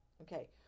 Okay